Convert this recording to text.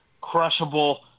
crushable